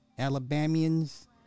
Alabamians